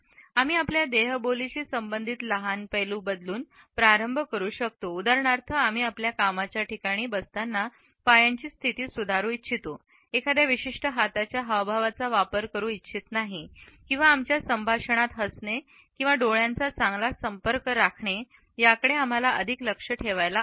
आम्ही आपल्या देहबोलीशी संबंधित लहान पैलू बदलून प्रारंभ करू शकतो उदाहरणार्थ आम्ही आपल्या कामाच्या ठिकाणी बसताना पायांची स्थिती सुधारू इच्छितो एखाद्या विशिष्ट हाताच्या हावभावाचा वापर करू इच्छित नाही किंवा आमच्या संभाषणात हसणे किंवा डोळ्यांचा चांगला संपर्क राखणे याकडे आम्हाला अधिक लक्षात ठेवायला आवडेल